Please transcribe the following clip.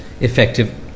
effective